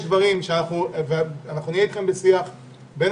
יש דברים שאנחנו נהיה אתכם בשיח בין